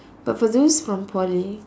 but for those from Poly